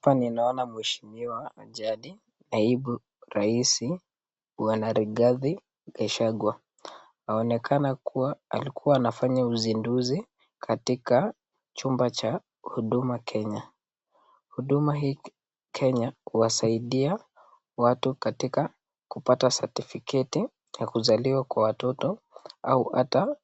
Hapa ninaona mheshimiwa ajadi, naibu rais, Bwana Rigathi Gachagua. Aonekana kuwa alikuwa anafanya uzinduzi katika chumba cha Huduma Kenya. Huduma Kenya huwasaidia watu katika kupata certificate ya kuzaliwa kwa watoto au hata